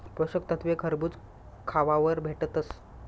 पोषक तत्वे खरबूज खावावर भेटतस